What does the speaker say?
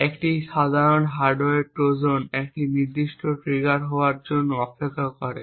একটি সাধারণ hardware trojan একটি নির্দিষ্ট ট্রিগার হওয়ার জন্য অপেক্ষা করবে